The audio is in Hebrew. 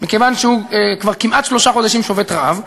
מכיוון שהוא כבר כמעט שלושה חודשים שובת רעב,